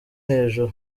hejuru